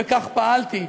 וכך פעלתי.